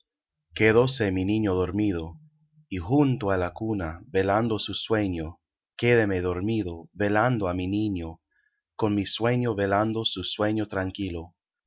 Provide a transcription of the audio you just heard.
quedóse mi niño dormido y junto á la cuna velando su sueño quédeme dormido velando á mi niño con mi sueño velando su sueño tranquilo